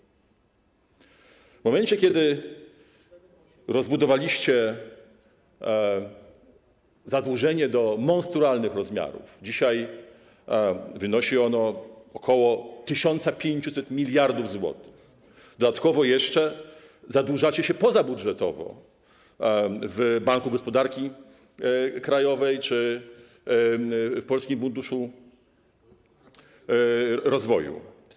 W momencie kiedy rozbudowaliście zadłużenie do monstrualnych rozmiarów - dzisiaj wynosi ono ok. 1500 mld zł - dodatkowo jeszcze zadłużacie się pozabudżetowo w Banku Gospodarki Krajowej czy w Polskim Funduszu Rozwoju.